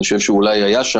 ואפשר לסגור את הליגה.